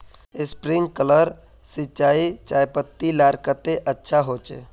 Sprinkler सिंचाई चयपत्ति लार केते अच्छा होचए?